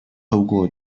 透过